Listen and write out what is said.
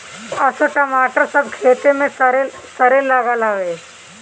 असो टमाटर सब खेते में सरे लागल हवे